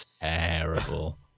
terrible